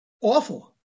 Awful